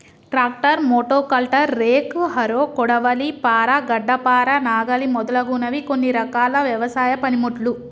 tractor, మోటో కల్టర్, rake, harrow, కొడవలి, పార, గడ్డపార, నాగలి మొదలగునవి కొన్ని రకాల వ్యవసాయ పనిముట్లు